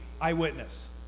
eyewitness